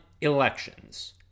elections